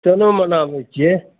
कोना मनाबै छिए